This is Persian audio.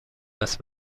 است